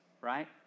right